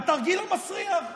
"התרגיל המסריח".